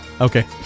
okay